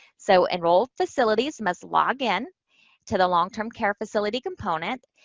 so, enrolled facilities must login to the long-term care facility component.